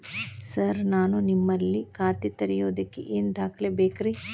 Sir ನಾನು ನಿಮ್ಮಲ್ಲಿ ಖಾತೆ ತೆರೆಯುವುದಕ್ಕೆ ಏನ್ ದಾಖಲೆ ಬೇಕ್ರಿ?